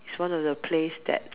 it's one of the place that